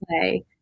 play